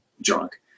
drunk